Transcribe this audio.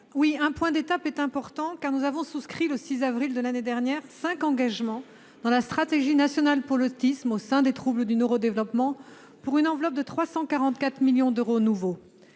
Buis, un point d'étape est important, car nous avons souscrit le 6 avril de l'année dernière à cinq engagements dans le cadre de la stratégie nationale pour l'autisme au sein des troubles du neuro-développement, pour une enveloppe de 344 millions d'euros nouveaux.